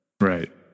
Right